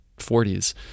40s